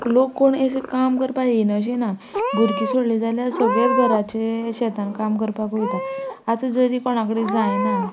लोक कोण येयसर काम करपा येना अशें ना भुरगीं सोडली जाल्यार सगळेच घराचे शेतान काम करपाक वयता आतां जरी कोणा कडेन जायना